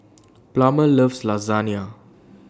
Plummer loves Lasagna